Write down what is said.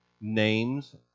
Names